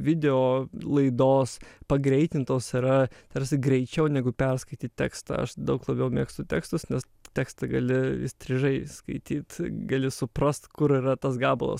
video laidos pagreitintos yra tarsi greičiau negu perskaityt tekstą aš daug labiau mėgstu tekstus nes tekstą gali įstrižai skaityt gali suprast kur yra tas gabalas